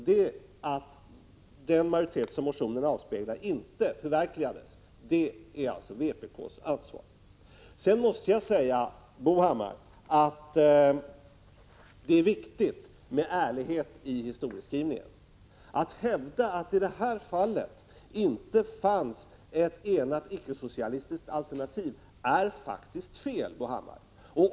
Att den majoritet som motionerna avspeglar inte finns i verkligheten bär alltså vpk ansvaret för. Sedan måste jag säga att det är viktigt med ärlighet i historieskrivningen. Att hävda att det i det här fallet inte fanns ett enat icke-socialistiskt alternativ är faktiskt fel, Bo Hammar.